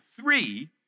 three